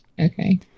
Okay